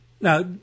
Now